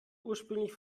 ursprünglich